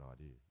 idea